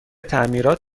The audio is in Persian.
تعمیرات